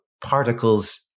particles